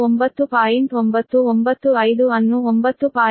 995 ಅನ್ನು 9